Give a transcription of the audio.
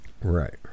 right